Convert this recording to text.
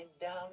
down